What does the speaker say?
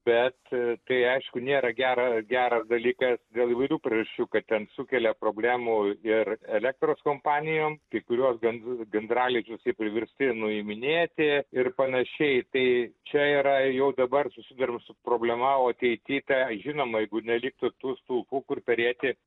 bet tai aišku nėra gera geras dalykas dėl įvairių priežasčių kad ten sukelia problemų ir elektros kompanijom kai kuriuos gan gandralizdžius ir priversti nuiminėti ir panašiai tai čia yra jau dabar susiduriama su problema o ateity tai žinoma jeigu neliktų tų stulpų kur perėti